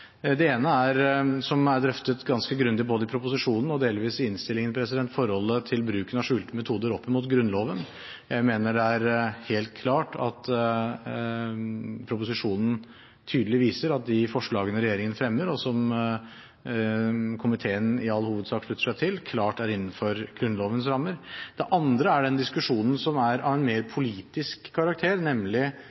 Den ene, som er drøftet ganske grundig både i proposisjonen og delvis i innstillingen, er forholdet til bruken av skjulte metoder opp mot Grunnloven. Jeg mener det er helt klart at proposisjonen tydelig viser at de forslagene regjeringen fremmer, og som komiteen i all hovedsak slutter seg til, klart er innenfor Grunnlovens rammer. Den andre er den diskusjonen som er av en mer politisk karakter, nemlig